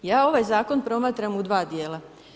Ja ovaj zakon promatram u dva djela.